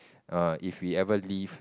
err if we ever leave